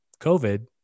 COVID